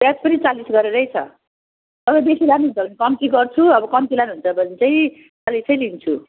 प्याज पनि चालिस गरेरै छ अब बेसी लानुहुन्छ भने कम्ती गर्छु अब कम्ती लानुहुन्छ भने चाहिँ चालिसै लिन्छु